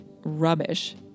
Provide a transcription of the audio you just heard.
rubbish